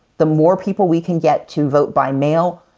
the more people we can get to vote by mail,